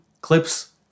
clips